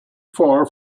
far